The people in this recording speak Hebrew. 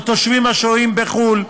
או תושבים השוהים בחו"ל,